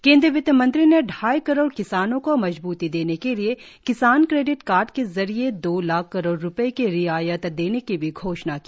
केंद्रीय वित्त मंत्री ने ढाई करोड़ किसानों को मजबूती देने के लिए किसान क्रेडिट कार्ड के जरिए दो लाख करोड़ रुपए की रियायत देने की भी घोषणा की